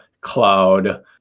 Cloud